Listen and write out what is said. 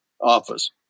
office